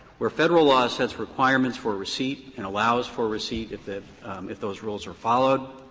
where federal law sets requirements for receipt and allows for receipt if the if those rules are followed,